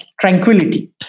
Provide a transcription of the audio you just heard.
tranquility